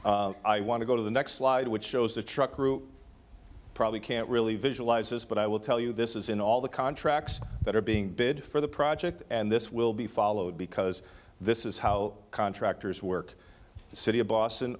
i want to go to the next slide which shows the truck route probably can't really visualize this but i will tell you this is in all the contracts that are being bid for the project and this will be followed because this is how contractors work the city of boston